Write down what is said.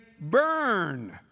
burn